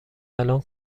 الان